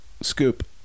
Scoop